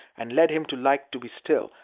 and led him to like to be still,